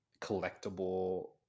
collectible